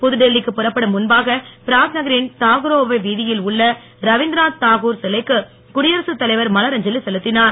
புதுடெல்லிக்கு புறம்படும் முன்னபாக பிராக் நகரின் தாகுரோவா வீதியில் உள்ள ரவீந்திரநாத் தாகூர் சிலைக்கு குடியரசு தலைவர் மலர் அஞ்சலி செலுத்தினார்